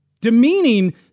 demeaning